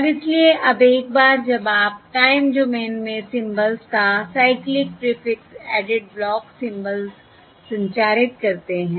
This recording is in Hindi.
और इसलिए अब एक बार जब आप टाइम डोमेन में सिम्बल्स का cyclic prefix added block symbols संचारित करते हैं